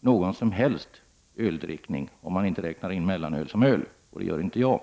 någon som helst öldrickning, om man inte räknar in lättöl som öl, och det gör inte jag.